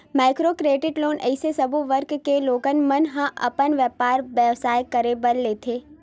micro credit loan अइसे सब्बो वर्ग के लोगन मन ह अपन बेपार बेवसाय करे बर लेथे